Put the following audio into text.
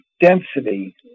Density